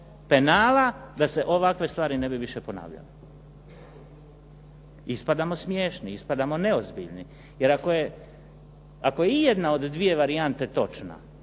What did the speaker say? da se ovakve stvari ne bi više ponavljale. Ispadamo smiješni, ispadamo neozbiljni. Jer ako ijedna od dvije varijante točna,